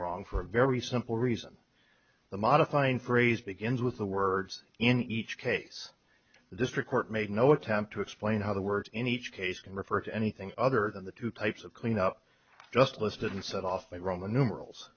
wrong for a very simple reason the modifying phrase begins with the words in each case the district court made no attempt to explain how the words in each case can refer to anything other than the two types of cleanup just listed and set off by roman numerals